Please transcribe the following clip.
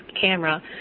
camera